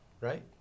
Right